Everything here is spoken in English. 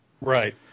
Right